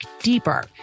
deeper